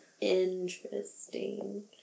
interesting